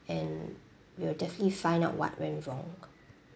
and we'll definitely find out what went wrong